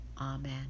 Amen